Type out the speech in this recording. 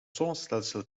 zonnestelsel